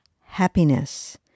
happiness